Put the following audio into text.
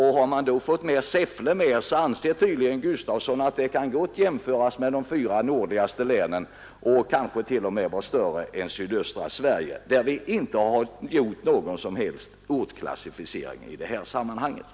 Har man då också fått med Säffle, så anser tydligen herr Gustafsson att denna region gott kan jämföras med de fyra nordligaste länen och kanske t.o.m. anses vara större än sydöstra Sverige, där vi inte har gjort någon som helst ortklassificering i det här sammanhanget.